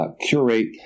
Curate